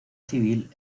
civil